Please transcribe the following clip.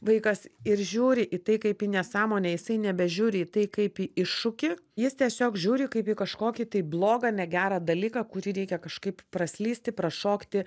vaikas ir žiūri į tai kaip į nesąmonę jisai nebežiūri į tai kaip į iššūkį jis tiesiog žiūri kaip į kažkokį tai blogą negerą dalyką kurį reikia kažkaip praslysti prašokti